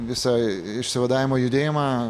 visą išsivadavimo judėjimą